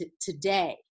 today